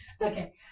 Okay